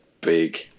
big